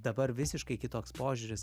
dabar visiškai kitoks požiūris